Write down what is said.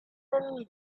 thummim